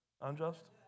unjust